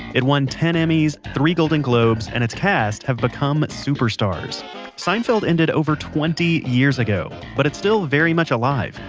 it won ten emmys, three golden globes, and its cast have become superstars seinfeld ended over twenty years ago, but it's still very much alive.